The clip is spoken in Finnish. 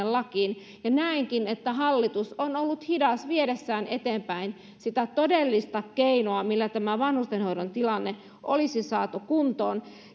lakiin ja näenkin että hallitus on ollut hidas viedessään eteenpäin sitä todellista keinoa millä tämä vanhustenhoidon tilanne olisi saatu kuntoon